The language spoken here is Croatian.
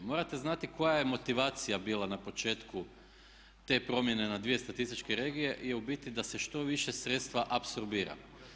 Morate znati koja je motivacija bila na početku te promjene na 2 statističke regije i u biti da se što više sredstva apsorbira.